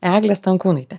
egle stankūnaite